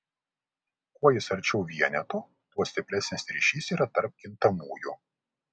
kuo jis arčiau vieneto tuo stipresnis ryšys yra tarp kintamųjų